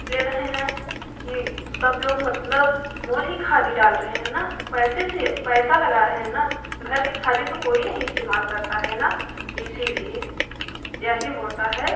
ले रहे हैं कि सब लोग मतलब मोल ही खाद डाल रहे हैं न पैसे से पैसा लगा रहे है न घर के खाद तो को कोई नहीं इस्तेमाल करता है न इसलिए यही होता है